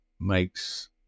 makes